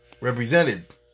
represented